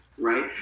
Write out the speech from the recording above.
Right